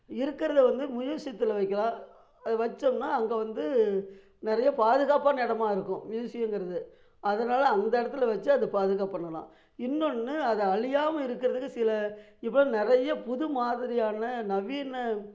இருக்கிறத வந்து மியூசியத்தில் வைக்கலாம் அது வச்சோம்னால் அங்கே வந்து நிறையா பாதுகாப்பான இடமா இருக்கும் மியூசியங்கிறது அதனால் அந்த இடத்துல வச்சு அது பாதுகாப்பு பண்ணலாம் இன்னோன்று அது அழியாமல் இருக்கிறதுக்கு சில இப்போ நிறையா புது மாதிரியான நவீன